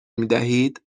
میدهید